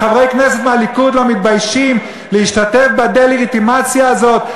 וחברי כנסת מהליכוד לא מתביישים להשתתף בדה-לגיטימציה הזאת.